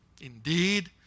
Indeed